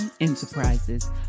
Enterprises